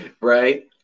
right